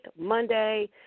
Monday